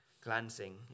glancing